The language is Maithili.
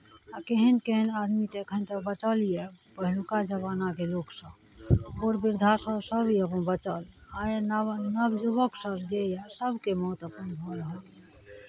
केहन केहन आदमीके एखन तक बचल यए पहिलुक्का जमानाके लोकसभ आओर वृद्धासभ सभ यए अभी बचल आइ नव नव युवकसभ जे यए सभके मौत एखन भऽ रहल यए